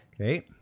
Okay